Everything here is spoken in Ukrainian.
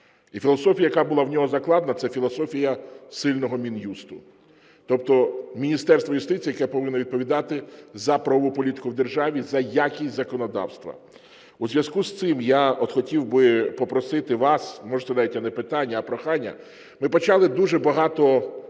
І філософія, яка була в нього закладена, – це філософія сильного Мін'юсту. Тобто Міністерство юстиції, яке повинно відповідати за правову політику в державі, за якість законодавства. У зв'язку з цим я от хотів би попросити вас, може, це навіть і не питання, а прохання, ми почали дуже багато